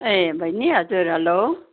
ए बहिनी हजुर हेलो